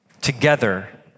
together